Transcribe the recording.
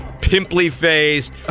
pimply-faced